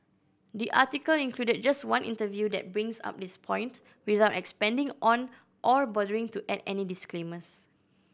the article included just one interview that brings up this point without expanding on or bothering to add any disclaimers